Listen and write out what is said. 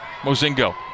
Mozingo